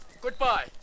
Goodbye